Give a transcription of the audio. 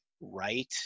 right